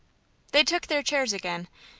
they took their chairs again.